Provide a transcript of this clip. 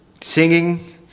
singing